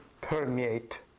permeate